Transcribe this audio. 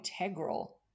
integral